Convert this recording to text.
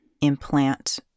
implant